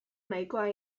nahikoa